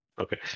Okay